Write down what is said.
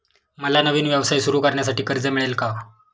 मला नवीन व्यवसाय सुरू करण्यासाठी कर्ज मिळेल का?